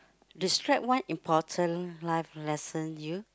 describe one important life lesson you